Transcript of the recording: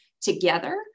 together